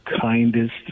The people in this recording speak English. kindest